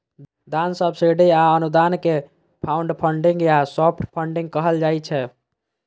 दान, सब्सिडी आ अनुदान कें क्राउडफंडिंग या सॉफ्ट फंडिग कहल जाइ छै